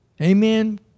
Amen